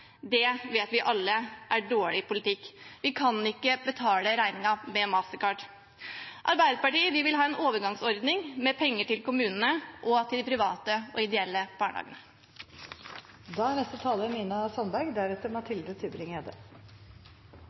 Det vet vi alle er dårlig politikk. Vi kan ikke betale regningen med Mastercard. Arbeiderpartiet vil ha en overgangsordning med penger til kommunene og til de private og ideelle barnehagene.